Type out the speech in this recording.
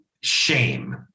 shame